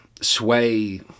sway